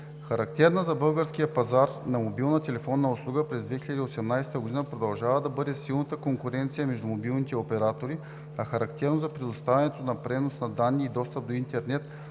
Характерна за българския пазар на мобилна телефонна услуга през 2018 г. продължава да бъде силната конкуренция между мобилните оператори, а характерно за предоставянето на пренос на данни и достъп до интернет